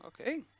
Okay